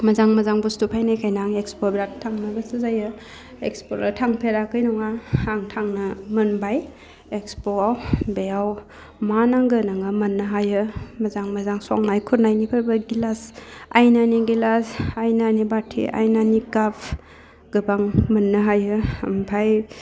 मोजां मोजां बुस्थु फायनायखायनो आं इक्सप'वाव बेराद थांनो गोसो जायो इक्सप'वाव थांफेराखै नङा आं थांनो मोनबाय इक्सप'वाव बेयाव मा नांगौ नोङो मोननो हायो मोजां मोजां संनाय खुरनायनिफोरबो गिलास आइनानि गिलास आइनानि बाथि आइनानि काप गोबां मोननो हायो आमफाइ